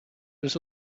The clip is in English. was